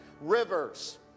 Rivers